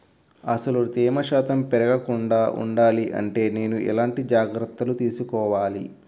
అసలు తేమ శాతం పెరగకుండా వుండాలి అంటే నేను ఎలాంటి జాగ్రత్తలు తీసుకోవాలి?